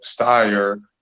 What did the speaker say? Steyer